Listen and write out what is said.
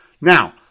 Now